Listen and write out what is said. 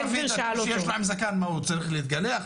עם זקן צריך להתגלח?